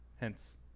Hence